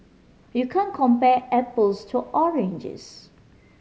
you can't compare apples to oranges